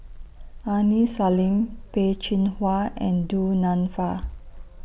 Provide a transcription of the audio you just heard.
Aini Salim Peh Chin Hua and Du Nanfa